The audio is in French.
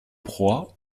proies